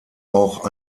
auch